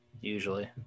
Usually